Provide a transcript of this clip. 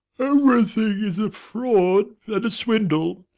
everything is a fraud and a swindle.